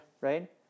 Right